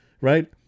right